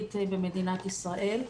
החינוכית במדינת ישראל.